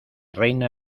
reina